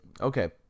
Okay